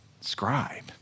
scribe